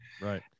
Right